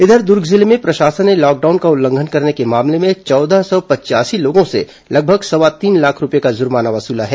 इधर दर्ग जिले में प्रशासन ने लॉकडाउन का उल्लंघन करने के मामले में चौदह सौ पचयासी लोगों से लगभग सवा तीन लाख रूपये का जर्माना वसला है